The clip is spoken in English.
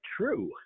true